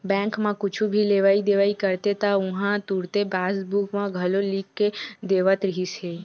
bank म कुछु भी लेवइ देवइ करते त उहां तुरते पासबूक म घलो लिख के देवत रिहिस हे